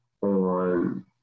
on